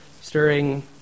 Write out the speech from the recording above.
stirring